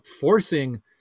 forcing